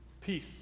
peace